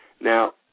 Now